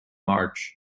march